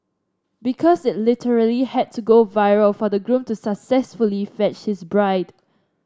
because it literally had to go viral for the groom to successfully fetch his bride